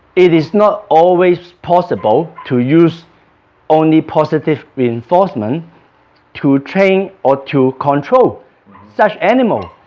it is not always possible to use only positive reinforcement to train or to control such animal